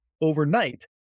overnight